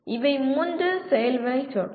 இவை மூன்று செயல் வினைச்சொற்கள்